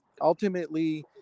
ultimately